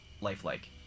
lifelike